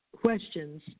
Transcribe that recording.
questions